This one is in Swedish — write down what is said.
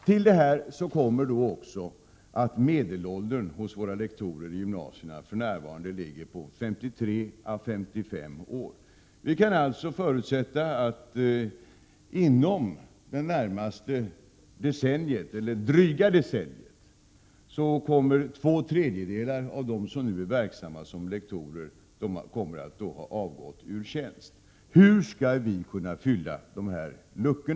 Till detta kommer också att medelåldern hos våra lektorer i gymnasierna för närvarande ligger på 53—55 år. Vi kan således förutsätta att inom det närmaste decenniet två tredjedelar av dem som nu är verksamma som lektorer kommer att ha avgått ur tjänst. Hur skall vi kunna fylla dessa luckor?